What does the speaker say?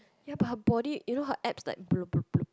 ya but her body you know her abs like